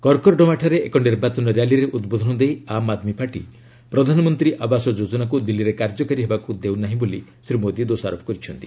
କରକରଡୋମା ଠାରେ ଏକ ନିର୍ବାଚନ ର୍ୟାଲିରେ ଉଦ୍ବୋଧନ ଦେଇ ଆମ୍ ଆଦମୀ ପାର୍ଟି ପ୍ରଧାନମନ୍ତ୍ରୀ ଆବାସ ଯୋଜନାକୁ ଦିଲ୍ଲୀରେ କାର୍ଯ୍ୟକାରୀ ହେବାକୁ ଦେଉନାହିଁ ବୋଲି ଶ୍ରୀ ମୋଦୀ ଦୋଷାରୋପ କରିଛନ୍ତି